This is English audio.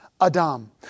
Adam